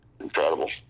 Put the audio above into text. Incredible